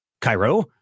Cairo